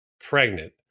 pregnant